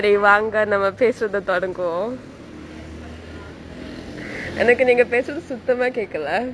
சரி வாங்கே நாமே பேசுறதே தொடங்குவோ எனக்கு நீங்கே பேசுறது சுத்தமா கேக்கலே:sari vangae naame pesurathe thodanguvo enaku neengae pesurathu suthamaa kekalae